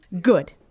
Good